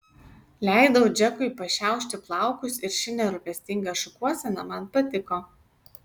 leidau džekui pašiaušti plaukus ir ši nerūpestinga šukuosena man patiko